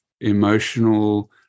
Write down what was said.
emotional